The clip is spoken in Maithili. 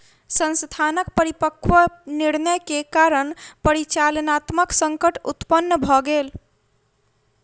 संस्थानक अपरिपक्व निर्णय के कारण परिचालनात्मक संकट उत्पन्न भ गेल